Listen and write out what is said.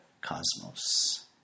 cosmos